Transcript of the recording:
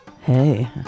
Hey